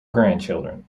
grandchildren